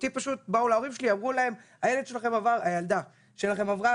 באו להורים שלי אמרו להם 'הילדה שלכם עברה